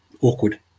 awkward